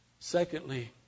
Secondly